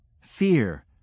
Fear